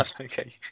Okay